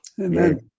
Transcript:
Amen